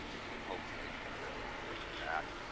and you hopefully will get back.